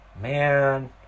man